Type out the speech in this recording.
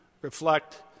reflect